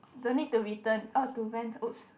don't need to return oh to rent !oops!